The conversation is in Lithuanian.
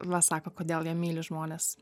va sako kodėl ją myli žmones